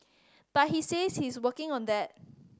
but he says he is working on that